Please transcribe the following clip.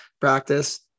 practice